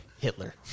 Hitler